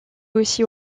aussi